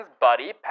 buddy